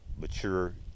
mature